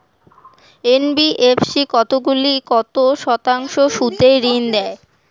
NBFC কতগুলি কত শতাংশ সুদে ঋন দেয়?